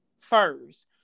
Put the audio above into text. first